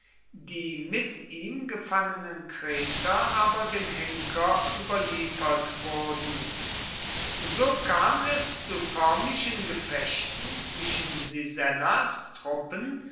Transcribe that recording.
die mit ihm gefangenen kreter aber dem henker überliefert wurden so kam es zu förmlichen gefechten zwischen sisennas truppen